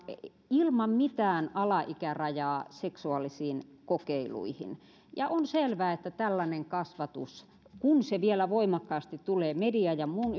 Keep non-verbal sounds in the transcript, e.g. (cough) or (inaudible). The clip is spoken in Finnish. ilman mitään alaikärajaa seksuaalisiin kokeiluihin on selvää että tällainen kasvatus kun se vielä voimakkaasti tulee median ja muun (unintelligible)